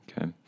Okay